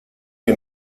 que